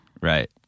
Right